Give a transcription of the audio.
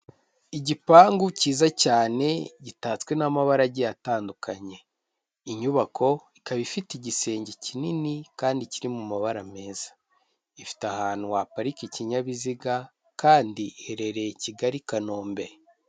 Igipangu cyiza cyane gitatswe n'amabara agiye atandukanye, inyubako ikaba ifite igisenge kinini kandi kiri mu mabara meza, ifite ahantu waparika ikinyabiziga kandi iherereye Kigali Kanombe.